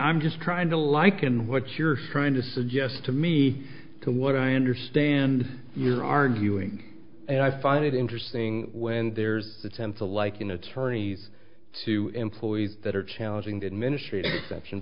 i'm just trying to liken what you're trying to suggest to me to what i understand you're arguing and i find it interesting when there's an attempt to like an attorney to employees that are challenging to administrative exception